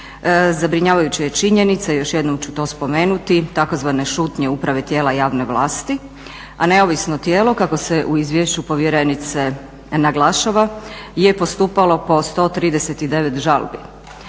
zabrinjavajuća je činjenica i još jednom ću to spomenuti tzv. šutnje Uprave tijela javne vlasti, a neovisno tijelo kako se u izvješću povjerenice naglašava je postupalo po 139 žalbi